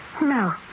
No